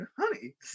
Honey